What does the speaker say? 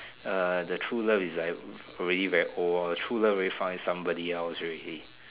uh the true love is like already very old orh the true love already found somebody else already